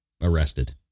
arrested